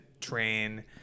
train